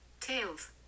Tails